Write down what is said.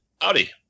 Howdy